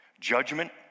judgment